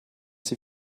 sie